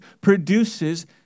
produces